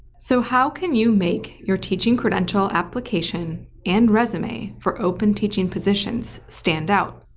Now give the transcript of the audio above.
so how can you make your teaching credential application and resume for open teaching positions stand out?